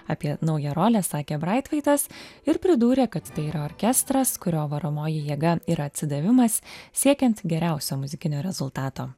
apie naują rolę sakė braitvaitas ir pridūrė kad tai yra orkestras kurio varomoji jėga yra atsidavimas siekiant geriausio muzikinio rezultato